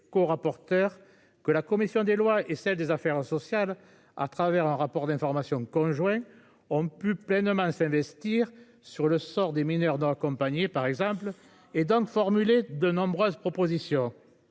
co-rapporteur, que la commission des Lois et celle des affaires sociales à travers un rapport d'information conjoints ont pu pleinement s'investir sur le sort des mineurs dans. Par exemple et donc formulé de nombreuses propositions.